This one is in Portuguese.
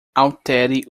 altere